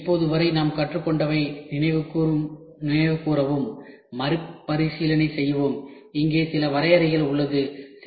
எனவே இப்போது வரை நாம் கற்றுக்கொண்டவற்றை நினைவுகூரவும் மறுபரிசீலனை செய்யவும் இங்கே சில வரையறைகள் உள்ளது